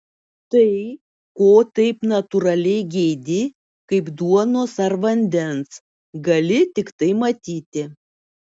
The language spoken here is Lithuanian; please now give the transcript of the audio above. tai ko taip natūraliai geidi kaip duonos ar vandens gali tiktai matyti